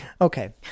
Okay